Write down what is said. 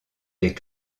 des